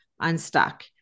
unstuck